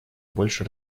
больше